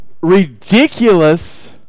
ridiculous